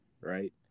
right